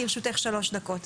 לרשותך שלוש דקות.